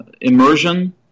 immersion